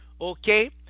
okay